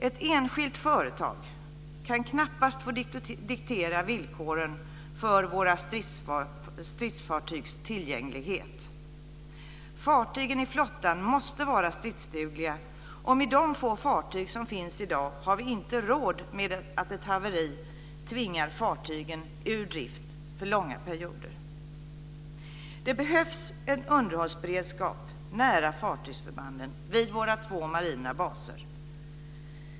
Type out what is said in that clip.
Ett enskilt företag kan knappast få diktera villkoren för våra stridsfartygs tillgänglighet. Fartygen i flottan måste vara stridsdugliga. Med de få fartyg som finns i dag har vi inte råd med att ett haveri tvingar fartygen ur drift för långa perioder. Det behövs en underhållsberedskap nära fartygsförbanden vid våra två marina baser.